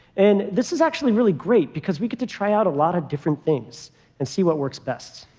and this is actually really great, because we get to try out a lot of different things and see what works best.